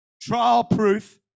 trial-proof